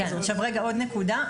עוד נקודה.